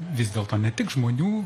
vis dėlto ne tik žmonių